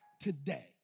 today